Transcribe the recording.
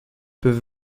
peut